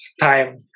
time